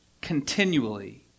continually